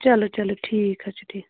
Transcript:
چلو چلو ٹھیٖک حظ چھُ ٹھیٖک